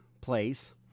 place